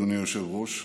אדוני היושב-ראש,